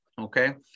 Okay